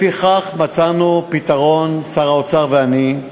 לפיכך מצאנו פתרון, שר האוצר ואני,